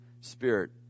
spirit